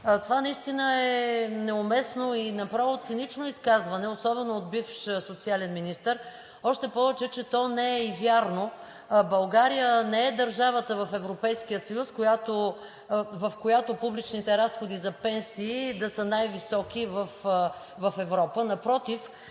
Това наистина е неуместно и направо цинично изказване, особено от бивш социален министър, още повече, че то не е и вярно. България не е държавата в Европейския съюз, в която публичните разходи за пенсии да са най-високи в Европа.